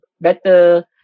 better